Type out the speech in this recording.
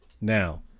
Now